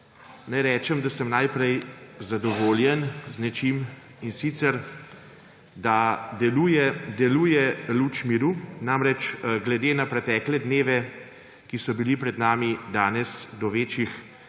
rečem, da sem najprej zadovoljen z nečim, in sicer da deluje luč miru. Namreč glede na pretekle dneve, ki so bili pred nami, danes do večjih